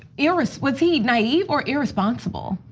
yeah was was he naive or irresponsible?